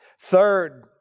Third